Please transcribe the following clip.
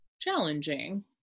challenging